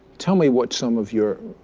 tell me what some of your,